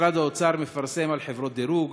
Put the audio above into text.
משרד האוצר מפרסם על חברות דירוג,